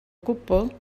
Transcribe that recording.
gwbl